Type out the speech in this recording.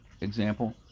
example